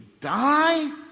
die